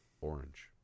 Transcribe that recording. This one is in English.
orange